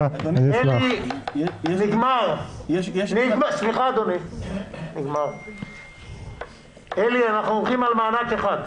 עלי, אנחנו הולכים על מענק אחד.